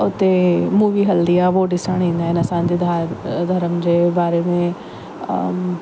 हुते मूवी हलंदी आहे उहो ॾिसण ईंदा आहिनि असांजे ध धर्म जे बारे में ऐं